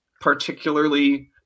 particularly